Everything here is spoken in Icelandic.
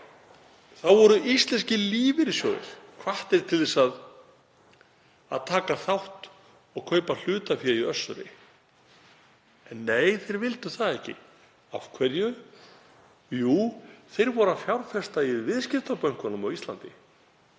þá, voru íslenskir lífeyrissjóðir hvattir til að taka þátt og kaupa hlutafé í Össuri. Nei, þeir vildu það ekki. Af hverju? Jú, þeir voru að fjárfesta í viðskiptabönkunum á Íslandi.